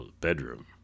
bedroom